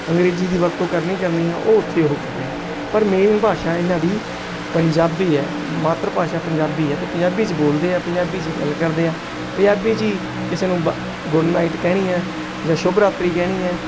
ਅੰਗਰੇਜ਼ੀ ਦੀ ਵਰਤੋਂ ਕਰਨੀ ਕਰਨੀ ਆ ਉਹ ਉੱਥੇ ਉਹ ਕਰਦੇ ਨੇ ਪਰ ਮੇਨ ਭਾਸ਼ਾ ਇਹਨਾਂ ਦੀ ਪੰਜਾਬੀ ਹੈ ਮਾਤਰ ਭਾਸ਼ਾ ਪੰਜਾਬੀ ਹੈ ਅਤੇ ਪੰਜਾਬੀ 'ਚ ਬੋਲਦੇ ਆ ਪੰਜਾਬੀ 'ਚ ਗੱਲ ਕਰਦੇ ਆ ਪੰਜਾਬੀ 'ਚ ਹੀ ਕਿਸੇ ਨੂੰ ਬਾ ਗੁਡ ਨਾਈਟ ਕਹਿਣੀ ਹੈ ਜਾਂ ਸ਼ੁਭਰਾਤਰੀ ਕਹਿਣੀ ਹੈ